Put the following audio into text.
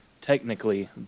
technically